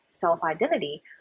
self-identity